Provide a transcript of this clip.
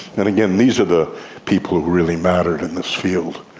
and again, these are the people who who really mattered in this field.